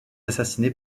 assassiné